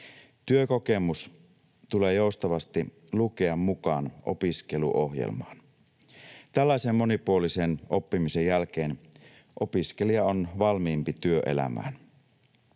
Työkokemus tulee joustavasti lukea mukaan opiskeluohjelmaan. Tällaisen monipuolisen oppimisen jälkeen opiskelija on valmiimpi työelämään.